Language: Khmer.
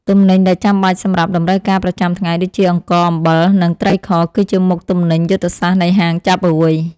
ទំនិញដែលចាំបាច់សម្រាប់តម្រូវការប្រចាំថ្ងៃដូចជាអង្ករ អំបិល និងត្រីខ គឺជាមុខទំនិញយុទ្ធសាស្ត្រនៃហាងចាប់ហួយ។